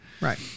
right